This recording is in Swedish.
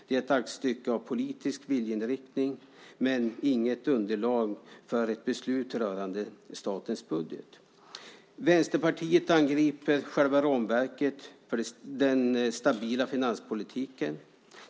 Det är ett aktstycke av politisk viljeinriktning men inget underlag för ett beslut rörande statens budget. Vänsterpartiet angriper själva ramverket för den stabila finanspolitiken.